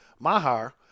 Mahar